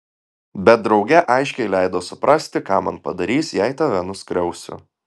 bet drauge aiškiai leido suprasti ką man padarys jei tave nuskriausiu